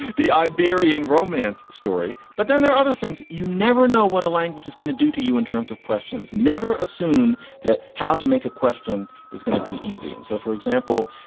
the iberian romance story. but then there are other things you never know what a language is going. due to you in terms of questions, never assume that how to make a question is going to be easy. and so, for example,